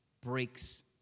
breaks